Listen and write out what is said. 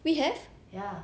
we have ya